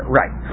right